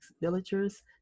villagers